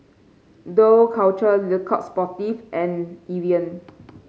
Dough Culture Le Coq Sportif and Evian